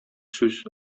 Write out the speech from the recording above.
сүз